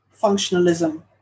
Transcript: functionalism